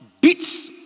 beats